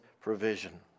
provision